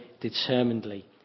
determinedly